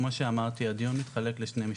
כמו שאמרתי, הדיון מתחלק לשני מישורים: